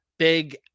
big